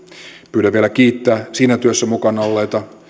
pyydän saada vielä kiittää siinä työssä mukana olleita